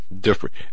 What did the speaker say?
different